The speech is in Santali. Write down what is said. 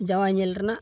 ᱡᱟᱶᱟᱭ ᱧᱮᱞ ᱨᱮᱱᱟᱜ